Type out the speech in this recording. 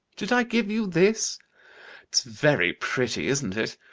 did i give you this? it's very pretty, isn't it?